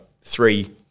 three